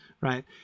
right